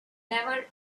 never